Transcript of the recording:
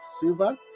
silver